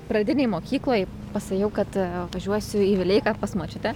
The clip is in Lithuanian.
pradinėj mokykloj pasakiau kad važiuosiu į vileiką pas močiutę